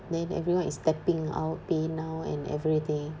then everyone is tapping out PayNow and everything